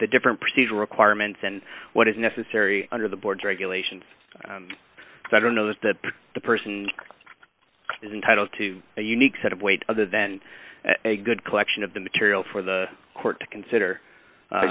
the different procedure requirements and what is necessary under the board's regulations i don't know that the person is entitled to a unique set of weight other than a good collection of the material for the court to consider